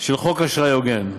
של חוק אשראי הוגן,